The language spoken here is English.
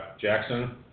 Jackson